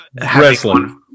wrestling